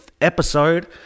episode